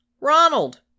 Ronald